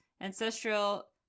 ancestral